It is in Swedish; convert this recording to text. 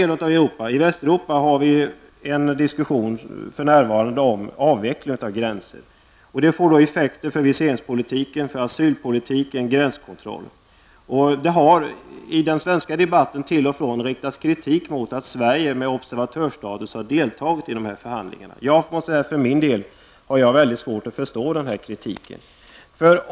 I Västeuropa förs nu en diskussion om avveckling av gränser. Det får effekter för viseringspolitiken, asylpolitiken och gränskontrollen. Det har i den svenska debatten till och från riktats kritik mot att Sverige med observatörsstatus har deltagit i dessa förhandlingar. Jag har för min del mycket svårt att förstå denna kritik.